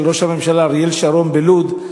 של ראש הממשלה אריאל שרון בלוד,